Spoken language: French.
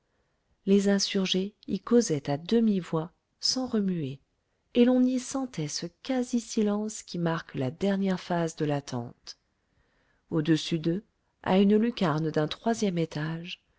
les insurgés y causaient à demi-voix sans remuer et l'on y sentait ce quasi silence qui marque la dernière phase de l'attente au-dessus d'eux à une lucarne d'un troisième étage